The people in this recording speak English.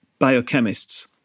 biochemists